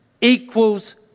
equals